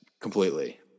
completely